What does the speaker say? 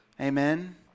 Amen